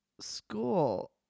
school